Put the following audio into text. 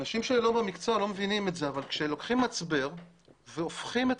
אנשים שלא במקצוע לא מבינים את זה אבל כאשר לוקחם מצבר והופכים את